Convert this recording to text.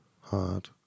hard